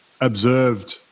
observed